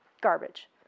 garbage